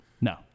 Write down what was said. No